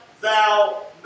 thou